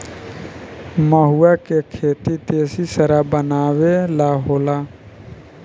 महुवा के खेती देशी शराब बनावे ला होला